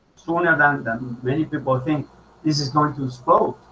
sooner than them many people think this is going to explode